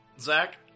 Zach